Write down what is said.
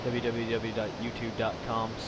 www.youtube.com